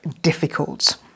difficult